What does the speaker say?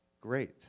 Great